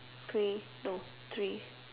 three no three